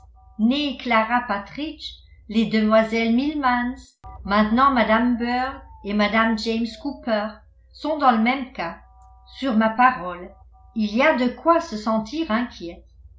née clara partrigde les demoiselles milmans maintenant mme bird et mme james cooper sont dans le même cas sur ma parole il y a de quoi se sentir inquiète